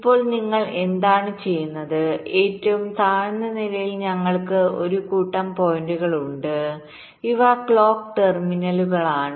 ഇപ്പോൾ നിങ്ങൾ എന്താണ് ചെയ്യുന്നത് ഏറ്റവും താഴ്ന്ന നിലയിൽ ഞങ്ങൾക്ക് ഒരു കൂട്ടം പോയിന്റുകൾ ഉണ്ട് ഇവ ക്ലോക്ക് ടെർമിനലുകളാണ്